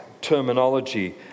terminology